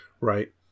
right